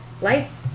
life